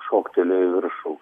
šoktelėjo į viršų